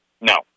No